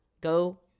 go